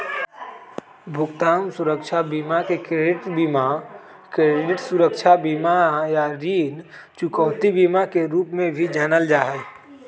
भुगतान सुरक्षा बीमा के क्रेडिट बीमा, क्रेडिट सुरक्षा बीमा, या ऋण चुकौती बीमा के रूप में भी जानल जा हई